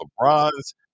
LeBron's